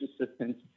assistant